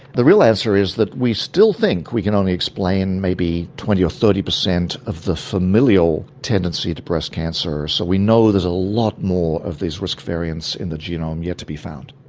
the real answer is that we still think we can only explain maybe twenty or thirty per cent of the familial tendency to breast cancer. so we know there's a lot more of these risk variants in the genome yet to be found.